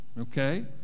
Okay